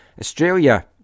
Australia